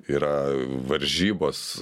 yra varžybos